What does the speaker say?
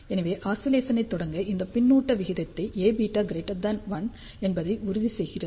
எனவே ஆஸிலேசனை தொடங்க இந்த பின்னூட்ட விகிதம் Aβ1 என்பதை உறுதி செய்கிறது